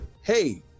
hey